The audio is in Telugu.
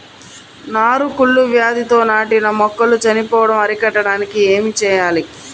నారు కుళ్ళు వ్యాధితో నాటిన మొక్కలు చనిపోవడం అరికట్టడానికి ఏమి చేయాలి?